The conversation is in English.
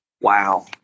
Wow